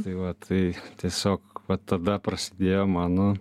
tai va tai tiesiog va tada prasidėjo mano